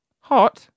hot